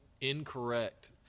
incorrect